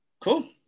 Cool